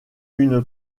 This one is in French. une